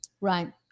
right